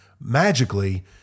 magically